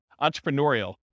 entrepreneurial